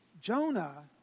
Jonah